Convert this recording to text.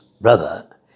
brother